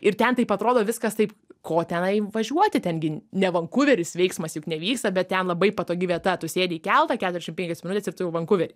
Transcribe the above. ir ten taip atrodo viskas taip ko tenai važiuoti ten gi ne vankuveris veiksmas juk nevyksta bet ten labai patogi vieta tu sėdi į keltą keturiašim penkios minutės ir vankuvery